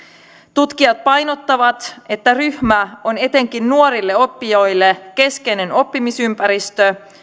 tutkijat painottavat että ryhmä on etenkin nuorille oppijoille keskeinen oppimisympäristö